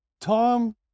Tom